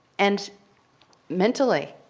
and mentally,